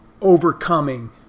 overcoming